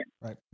Right